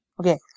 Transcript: Okay